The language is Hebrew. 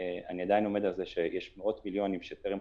אני עדיין עומד על זה שיש מאות מיליונים שטרם חולקו,